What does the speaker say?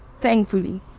thankfully